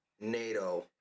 NATO